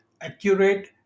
accurate